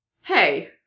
hey